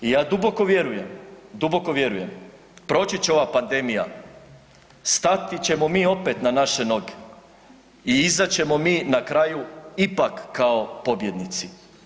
I ja duboko vjerujem, duboko vjerujem proći će ova pandemija stati ćemo mi opet na naše noge i izaći ćemo mi na kraju ipak kao pobjednici.